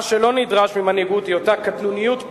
מה שלא נדרש ממנהיגות היא אותה קטנוניות פוליטית,